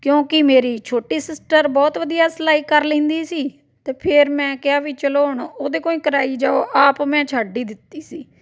ਕਿਉਂਕਿ ਮੇਰੀ ਛੋਟੀ ਸਿਸਟਰ ਬਹੁਤ ਵਧੀਆ ਸਿਲਾਈ ਕਰ ਲੈਂਦੀ ਸੀ ਅਤੇ ਫਿਰ ਮੈਂ ਕਿਹਾ ਵੀ ਚਲੋ ਹੁਣ ਉਹਦੇ ਕੋਲ ਹੀ ਕਰਾਈ ਜਾਓ ਆਪ ਮੈਂ ਛੱਡ ਹੀ ਦਿੱਤੀ ਸੀ